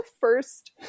first